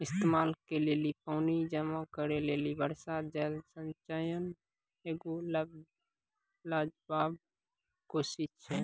इस्तेमाल के लेली पानी जमा करै लेली वर्षा जल संचयन एगो लाजबाब कोशिश छै